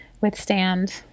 withstand